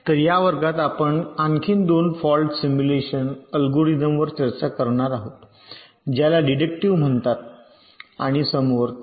तर या वर्गात आपण आणखी 2 फॉल्ट सिम्युलेशन अल्गोरिदम वर चर्चा करणार आहोत ज्याला डिडक्टिव म्हणतात आणि समवर्ती